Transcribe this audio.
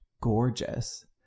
gorgeous